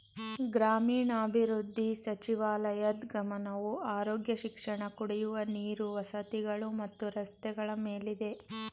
ಗ್ರಾಮೀಣಾಭಿವೃದ್ಧಿ ಸಚಿವಾಲಯದ್ ಗಮನವು ಆರೋಗ್ಯ ಶಿಕ್ಷಣ ಕುಡಿಯುವ ನೀರು ವಸತಿಗಳು ಮತ್ತು ರಸ್ತೆಗಳ ಮೇಲಿದೆ